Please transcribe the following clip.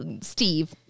Steve